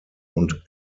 und